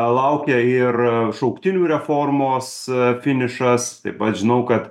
laukia ir šauktinių reformos finišas taip pat žinau kad